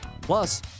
Plus